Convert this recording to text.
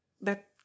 that